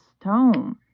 stone